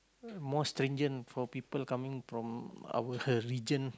ah more stringent for people coming from our region